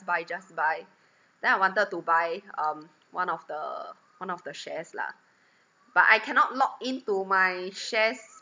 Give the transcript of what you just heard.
buy just buy then I wanted to buy um one of the one of the shares lah but I cannot log in to my shares